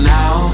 now